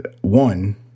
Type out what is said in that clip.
One